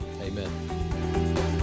Amen